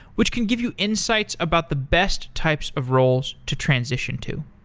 which can give you insights about the best types of roles to transition to.